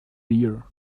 year